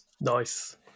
Nice